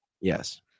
yes